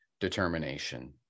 determination